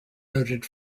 noted